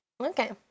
Okay